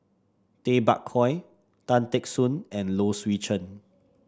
Tay Bak Koi Tan Teck Soon and Low Swee Chen